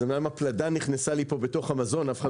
אומנם הפלדה נכנסה לי בתוך המזון אף אחד